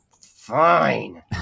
Fine